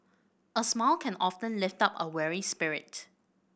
a smile can often lift up a weary spirit